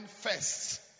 first